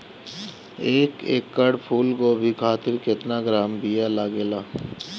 एक एकड़ फूल गोभी खातिर केतना ग्राम बीया लागेला?